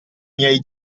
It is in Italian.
miei